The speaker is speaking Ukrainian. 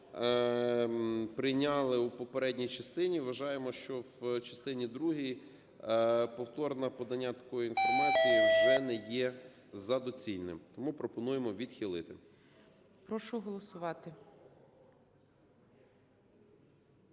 Вважаємо, що в частині другій повторне подання такої інформації вже не є за доцільним. Тому пропонуємо відхилити.